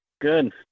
good